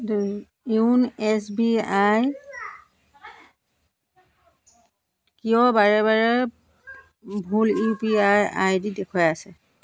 YONO S B I কিয় বাৰে বাৰে ভুল ইউ পি আই আইডি দেখুৱাই আছে